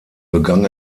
begann